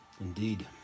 Indeed